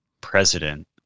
president